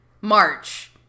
march